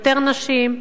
יותר נשים,